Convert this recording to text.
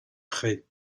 prés